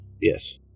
Yes